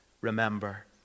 remember